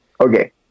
Okay